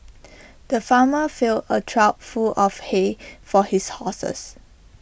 the farmer filled A trough full of hay for his horses